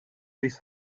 this